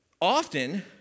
often